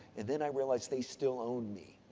and, then i realized they still own me.